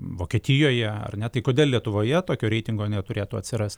vokietijoje ar ne tai kodėl lietuvoje tokio reitingo neturėtų atsirasti